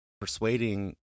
persuading